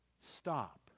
stop